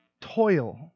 toil